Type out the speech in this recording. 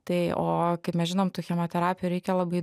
tai o kaip mes žinom tų chemoterapijų reikia labai